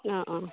অঁ অঁ